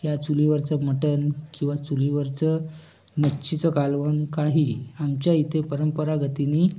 या चुलीवरचं मटण किवा चुलीवरचं मच्छीचं कालवण काहीही आमच्या इथे परंपरागतीने